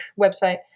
website